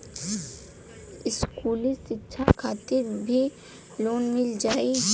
इस्कुली शिक्षा खातिर भी लोन मिल जाई?